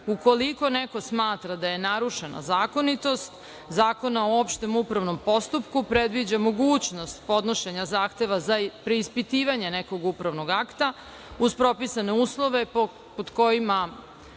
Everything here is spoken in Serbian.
Ukoliko neko smatra da je narušena zakonitost Zakona o opštem upravnom postupku predviđa mogućnost podnošenja zahteva za preispitivanje nekog upravnog akta, uz propisane uslove pod kojima